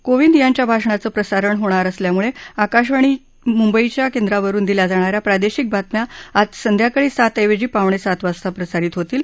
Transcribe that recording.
कोविंद यांच्या भाषणाचं प्रसारण होणार असल्यामुळे आकाशवाणीच्या मुंबई केंद्रावरुन दिल्या जाणा या प्रादेशिक बातम्या आज संध्याकाळी सातऐवजी पावणेसात वाजता प्रसारित होतील